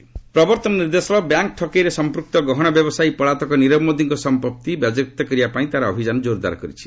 ED Nirav Modi ପ୍ରବର୍ତ୍ତନ ନିର୍ଦ୍ଦେଶାଳୟ bank ଠକେଇରେ ସମ୍ପୃକ୍ତ ଗହଣା ବ୍ୟବସାୟୀ ପଳାତକ ନିରବ ମୋଦିର ସମ୍ପଭି ବାକ୍ୟାପ୍ତ କରିବା ପାଇଁ ତାର ଅଭିଯାନ ଜୋରଦାର କରିଛି